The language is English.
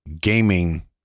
gaming